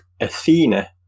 Athena